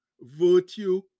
virtue